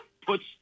puts